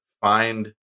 find